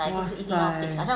!wahseh!